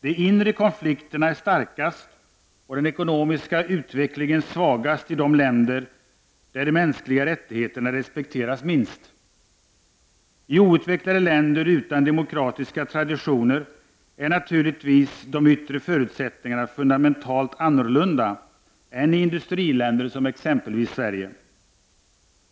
De inre konflikterna är starkast och den ekonomiska utvecklingen svagast i de länder där de mänskliga rättigheterna respekteras minst. I outvecklade länder utan demokratiska traditioner är naturligtvis de yttre förutsättningarna fundamentalt annorlunda än i industriländer som t.ex. Sverige.